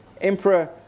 Emperor